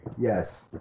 Yes